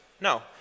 No